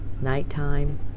nighttime